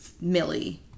Millie